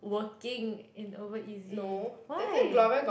working in OverEasy why